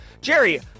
Jerry